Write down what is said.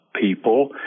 people